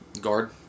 Guard